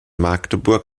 magdeburg